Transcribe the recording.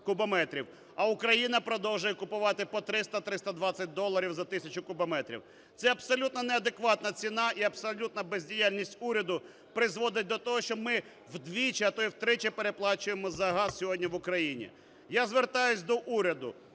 кубометрів. А Україна продовжує купувати по 300-320 доларів за тисячу кубометрів. Це абсолютно неадекватна ціна. І абсолютна бездіяльність уряду призводить до того, що ми вдвічі, а то й утричі, переплачуємо за газ сьогодні в Україні. Я звертаюся до уряду.